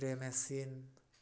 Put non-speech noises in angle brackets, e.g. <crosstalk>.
<unintelligible> machine